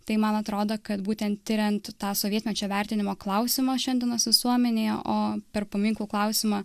tai man atrodo kad būtent tiriant tą sovietmečio vertinimo klausimą šiandienos visuomenėje o per paminklų klausimą